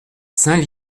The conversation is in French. saint